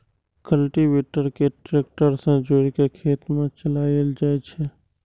cultivator कें tractor सं जोड़ि कें खेत मे चलाएल जाइ छै